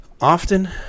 Often